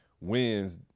wins